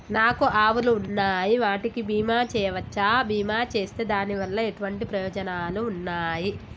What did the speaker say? నాకు ఆవులు ఉన్నాయి వాటికి బీమా చెయ్యవచ్చా? బీమా చేస్తే దాని వల్ల ఎటువంటి ప్రయోజనాలు ఉన్నాయి?